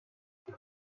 cinq